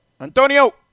Antonio